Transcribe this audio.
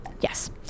Yes